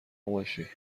باشی